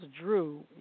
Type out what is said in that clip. Drew